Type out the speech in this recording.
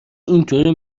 اینطوری